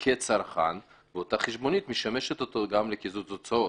שתשמש אותו גם כצרכן וגם לקיזוז הוצאות.